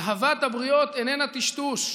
אהבת הבריות איננה טשטוש.